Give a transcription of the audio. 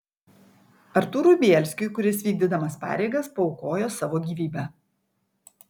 artūrui bielskiui kuris vykdydamas pareigas paaukojo savo gyvybę